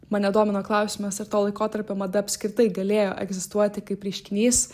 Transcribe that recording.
mane domina klausimas ar to laikotarpio mada apskritai galėjo egzistuoti kaip reiškinys